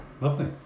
Lovely